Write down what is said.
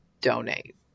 donate